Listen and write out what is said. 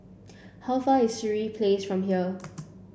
how far is Sireh Place from here